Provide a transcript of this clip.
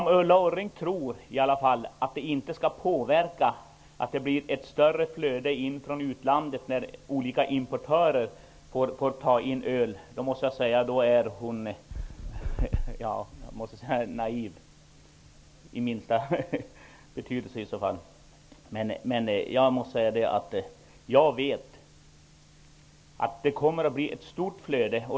Om Ulla Orring tror att det inte blir ett större inflöde från utlandet när restauranger får importera öl, måste jag säga att hon är naiv. Jag vet att det kommer att bli ett stort inflöde.